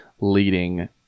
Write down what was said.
leading